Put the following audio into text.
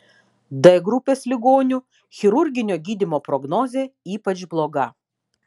d grupės ligonių chirurginio gydymo prognozė ypač bloga